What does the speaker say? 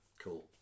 cool